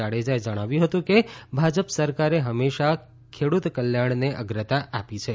જાડેજાએ જણાવ્યું હતું કે ભાજપ સરકારોએ હંમેશા ખેડૂત કલ્યાણને અગ્રતા આપી છે